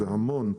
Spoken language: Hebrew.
זה המון.